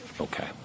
Okay